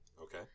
Okay